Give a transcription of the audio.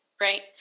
right